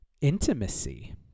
intimacy